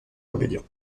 rébellion